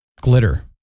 glitter